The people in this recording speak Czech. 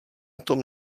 tom